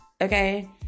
okay